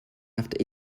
after